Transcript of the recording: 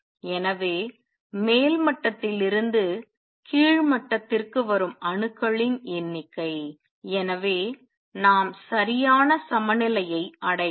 எனவே மேல் மட்டத்திலிருந்து கீழ் மட்டத்திற்கு வரும் அணுக்களின் எண்ணிக்கை எனவே நாம் சரியான சமநிலையை அடையலாம்